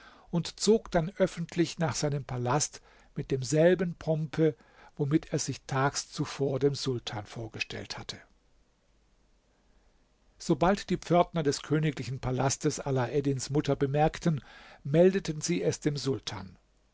und zog dann öffentlich nach seinem palast mit demselben pompe womit er sich tags zuvor dem sultan vorgestellt hatte sobald die pförtner des königlichen palastes alaeddins mutter bemerkten meldeten sie es dem sultan